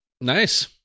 Nice